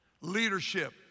leadership